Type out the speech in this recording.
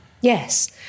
Yes